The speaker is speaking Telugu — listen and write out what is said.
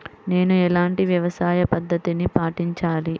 నేను ఎలాంటి వ్యవసాయ పద్ధతిని పాటించాలి?